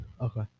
Okay